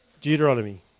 Deuteronomy